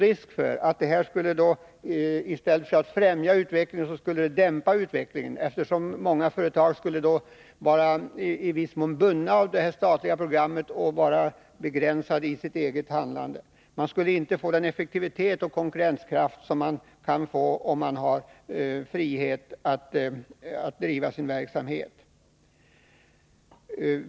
Risken är att utvecklingen härigenom dämpas i stället för främjas, eftersom många företag i viss mån skulle vara bundna av det statliga programmet. Därmed skulle också deras möjligheter till eget handlande begränsas. Man skulle inte få en sådan effektivitet och konkurrenskraft som man kan få, om man har frihet att driva sin verksamhet.